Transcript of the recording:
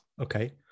Okay